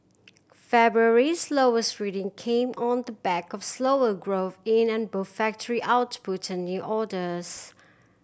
February's lowers reading came on the back of slower growth in an both factory output and new orders